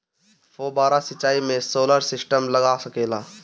फौबारा सिचाई मै सोलर सिस्टम लाग सकेला?